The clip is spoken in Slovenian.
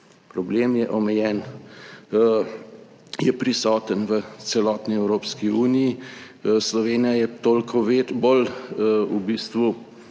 problem je omejen, je prisoten v celotni Evropski uniji. Slovenija je toliko več, bolj v bistvu